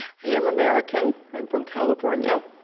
i am american, i'm from california.